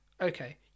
Okay